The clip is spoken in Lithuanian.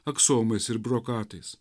aksomais ir brokatais